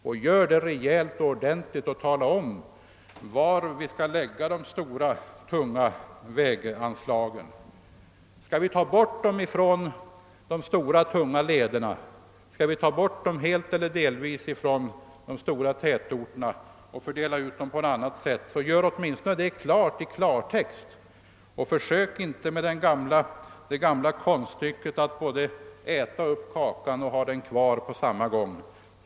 Och gör då det rejält och ordentligt och ange var vi skall lägga de stora tunga väganslagen! Skall vi ta bort dem från de stora trafiklederna? Skall vi ta bort dem helt eller delvis från de stora tätorterna och fördela dem på något annat sätt, så ge uttryck åt det i klartext och försök inte med det gamla konststycket att både äta upp kakan och ha den kvar!